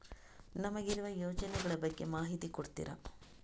ನಮಗಿರುವ ಯೋಜನೆಗಳ ಬಗ್ಗೆ ಮಾಹಿತಿ ಕೊಡ್ತೀರಾ?